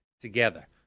together